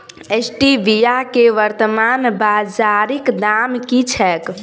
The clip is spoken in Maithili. स्टीबिया केँ वर्तमान बाजारीक दाम की छैक?